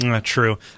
True